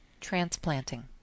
Transplanting